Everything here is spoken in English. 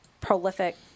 prolific